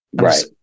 Right